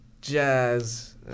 jazz